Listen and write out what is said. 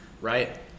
right